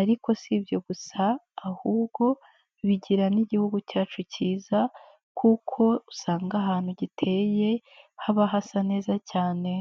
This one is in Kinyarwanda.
ariko si ibyo gusa ahubwo bigira n'Igihugu cyacu kiza kuko usanga ahantu giteye haba hasa neza cyane.